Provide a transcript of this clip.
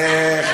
גם פה.